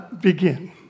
begin